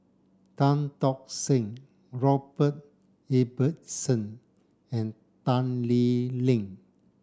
Tan Tock Seng Robert Ibbetson and Tan Lee Leng